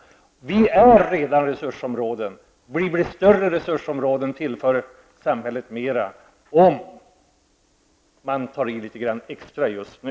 Vi är redan resursområden. Blir vi större resursområden, tillförs samhället mera; detta om man tar i litet extra just nu.